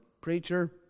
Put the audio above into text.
preacher